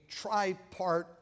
tripart